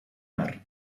mar